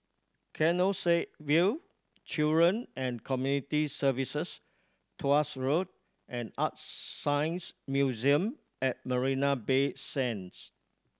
Canossaville Children and Community Services Tuas Road and ArtScience Museum at Marina Bay Sands